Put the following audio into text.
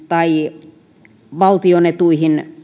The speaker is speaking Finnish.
tai valtion etuihin